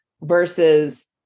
versus